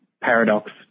paradox